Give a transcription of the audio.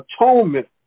atonement